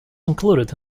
included